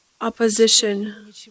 opposition